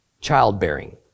childbearing